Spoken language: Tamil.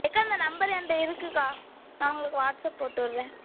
அக்கா இந்த நம்பர் என்கிட்ட இருக்குதுக்கா நான் உங்களுக்கு வாட்ஸப் போட்டுவிட்றேன்